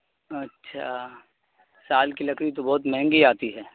اچھا سال کی لکڑی تو بہت مہنگی آتی ہے